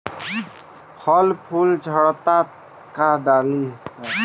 फल फूल झड़ता का डाली?